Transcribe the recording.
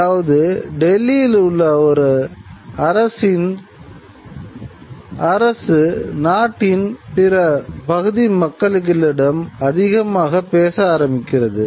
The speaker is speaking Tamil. அதாவது டெல்லியில் உள்ள அரசு நாட்டின் பிற பகுதி மக்களுக்களிடம் அதிகமாக பேச ஆரம்பிக்கிறது